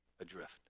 adrift